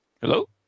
hello